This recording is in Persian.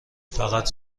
فقط